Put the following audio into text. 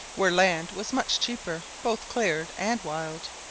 where land was much cheaper, both cleared and wild.